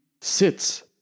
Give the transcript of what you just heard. sits